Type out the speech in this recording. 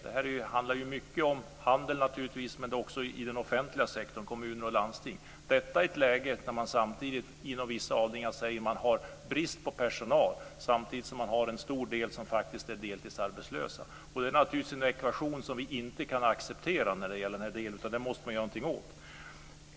Detta finns mycket inom handeln, men också i den offentliga sektorn, i kommuner och landsting. Man säger att man har brist på personal inom vissa avdelningar samtidigt som man har en stor andel som faktiskt är deltidsarbetslösa. Det är naturligtvis en ekvation som vi inte kan acceptera. Det måste man göra någonting åt.